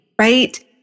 right